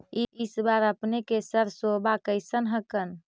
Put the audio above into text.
इस बार अपने के सरसोबा कैसन हकन?